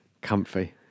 Comfy